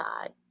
god